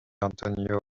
antonio